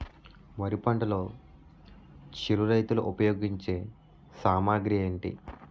వరి పంటలో చిరు రైతులు ఉపయోగించే సామాగ్రి ఏంటి?